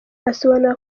asobanura